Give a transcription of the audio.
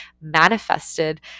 manifested